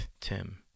Tim